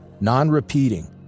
non-repeating